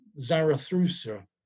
Zarathustra